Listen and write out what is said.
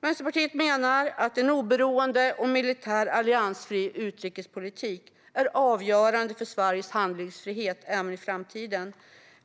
Vänsterpartiet menar att en oberoende och militärt alliansfri utrikespolitik är avgörande för Sveriges handlingsfrihet även i framtiden.